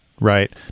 Right